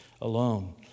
alone